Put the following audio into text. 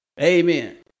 Amen